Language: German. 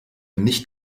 nicht